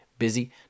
busy